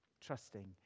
Trusting